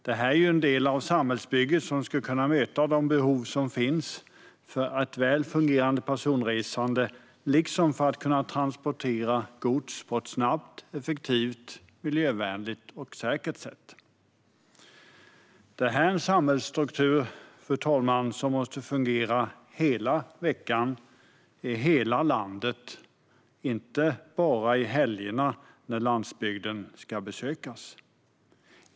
Detta är en del av samhällsbygget som ska kunna möta de behov som finns av ett väl fungerande personresande liksom av att kunna transportera gods på ett snabbt, effektivt, miljövänligt och säkert sätt. Fru talman! Detta är en samhällsstruktur som måste fungera hela veckan, i hela landet - inte bara under helgerna, när landsbygden ska besökas.